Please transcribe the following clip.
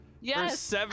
Yes